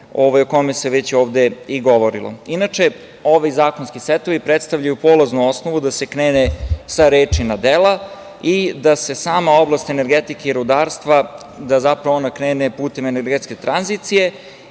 o kome se već ovde i govorilo. Ovi zakonski setovi predstavljaju polaznu osnovu da se krene sa reči na dela i da se sama oblast energetike i rudarstva, da zapravo ona krene putem energetske tranzicije